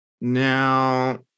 Now